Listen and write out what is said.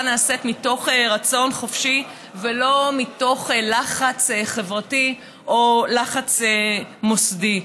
נעשית מתוך רצון חופשי ולא מתוך לחץ חברתי או לחץ מוסדי.